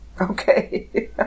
Okay